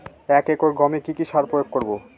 এক একর গমে কি কী সার প্রয়োগ করব?